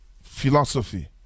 philosophy